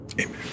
Amen